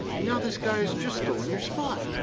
and now this guy has just stolen your spot.